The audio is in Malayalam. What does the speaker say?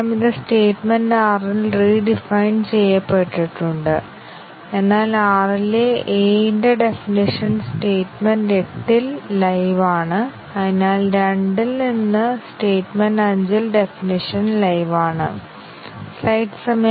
ഇപ്പോൾ നമുക്ക് CFG ഉണ്ടെങ്കിൽ മക് കേബിന്റെ മെട്രിക് എങ്ങനെ കണക്കുകൂട്ടാം എന്ന് നോക്കാം ഗ്രാഫിലെ എഡ്ജ്കളുടെ എണ്ണം മൈനസ് നോഡുകൾ പ്ലസ് 2 എന്നിങ്ങനെ കണക്കാക്കിയാൽ നമുക്ക് സൈക്ലോമാറ്റിക് മെട്രിക് e n 2 ലഭിക്കും